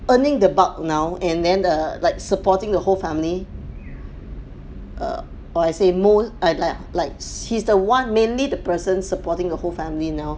earning the buck now and then err like supporting the whole family err or I say mo~ like like like he's the one mainly the person supporting the whole family now